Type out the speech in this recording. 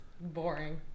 boring